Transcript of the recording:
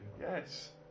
Yes